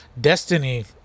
Destiny